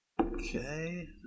Okay